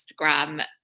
instagram